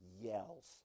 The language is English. yells